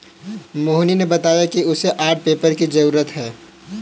मोहिनी ने बताया कि उसे आर्ट पेपर की जरूरत है